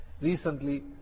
Recently